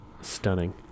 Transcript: stunning